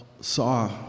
saw